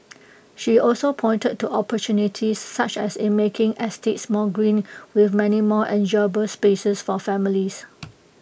she also pointed to opportunities such as in making estates more green with many more enjoyable spaces for families